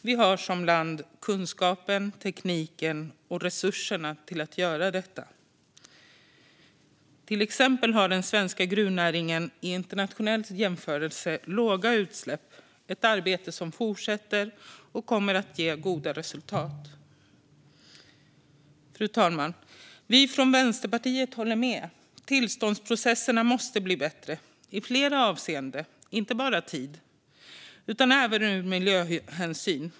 Vi har som land kunskapen, tekniken och resurserna för att göra detta. Till exempel har den svenska gruvnäringen i en internationell jämförelse låga utsläpp. Det är ett arbete som fortsätter och kommer att ge goda resultat. Fru talman! Vi i Vänsterpartiet håller med om att tillståndsprocesserna måste bli bättre i flera avseenden, inte bara i tidshänseende utan även i miljöhänseende.